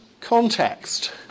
context